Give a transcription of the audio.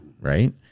right